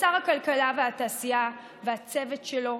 לשר הכלכלה והתעשייה והצוות שלו,